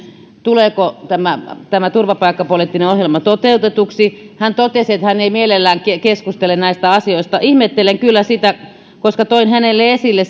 tuleeko tämä tämä turvapaikkapoliittinen ohjelma toteutetuksi hän totesi että hän ei mielellään keskustele näistä asioista ihmettelen kyllä sitä koska toin hänelle esille